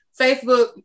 Facebook